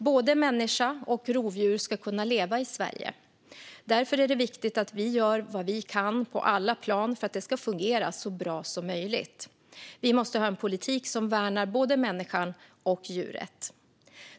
Både människa och rovdjur ska kunna leva i Sverige. Därför är det viktigt att vi gör vad vi kan på alla plan för att det ska fungera så bra som möjligt. Vi måste ha en politik som värnar både människan och djuret.